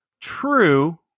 true